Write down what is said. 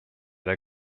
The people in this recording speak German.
der